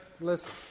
listen